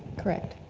correct.